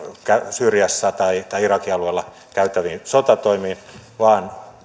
syyriassa tai irakin alueella käytäviin sotatoimiin vaan